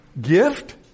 Gift